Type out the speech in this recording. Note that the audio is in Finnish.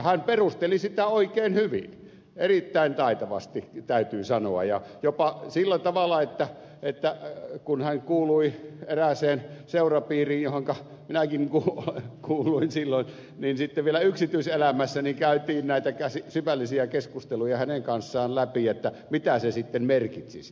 hän perusteli sitä oikein hyvin erittäin taitavasti täytyy sanoa ja jopa sillä tavalla että kun hän kuului erääseen seurapiiriin johonka minäkin kuuluin silloin niin sitten vielä yksityiselämässä käytiin näitä syvällisiä keskusteluja hänen kanssaan läpi mitä se sitten merkitsisi